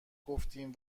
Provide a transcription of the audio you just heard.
گفتیم